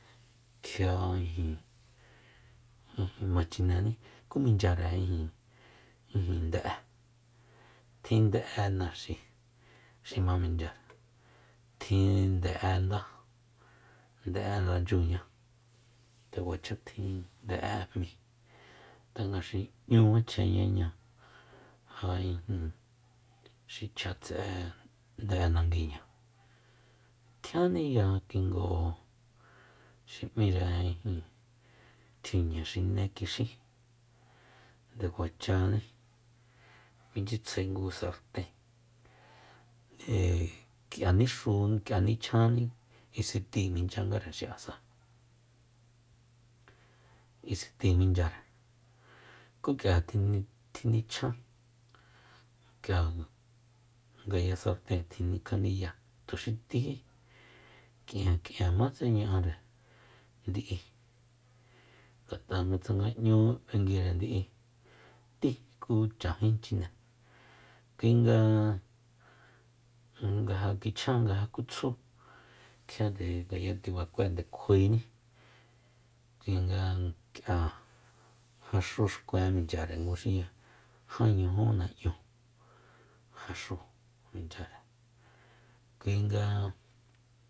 Kjia ijin ma chinení ku minchyare ijin- ijin nde'e tjin nde'e naxi xi ma minchyare tjin nde'e ndá nde'e ranchyuña nde kuacha tjin nde'e'e jmíi tanga xi 'ñu machjenñañáa ja ijin xi chja tse'e nde'e nanguiña tjianni k'ia kingu xi m'íre ijin tjiuña xine kixí nde kuachaní minchyitsjae ngu sarten ee k'ia nixu k'ia nichjanni isetíi minchyangare xi'asa iaeti minchyare ku k'ia tjinichjan k'ia ngaya sarten tjinikjaniya tuxi tíjí k'ienk'ienmatse ña'are ndi'i ngat'a tsanga nga 'ñú b'enguire ndi'i tí ku chan jí chine kuinga nga ja kichjan nga ja ku tsjú kjia nde ngaya tibatkue nde kjuaeni kuinga k'ia jaxúxkuen minchyare ngu xtin jan ñuju na'ñu jaxúu minchyare kuinga